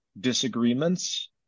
disagreements